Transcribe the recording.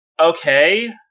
okay